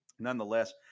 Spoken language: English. Nonetheless